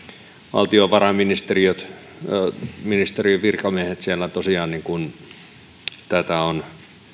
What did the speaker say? valtiovarainministeriön virkamiehet siellä tosiaan tätä ovat näköjään